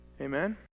Amen